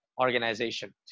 organization